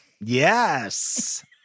Yes